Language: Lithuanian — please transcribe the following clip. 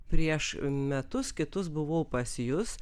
prieš metus kitus buvau pas jus